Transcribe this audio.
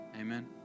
Amen